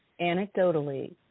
anecdotally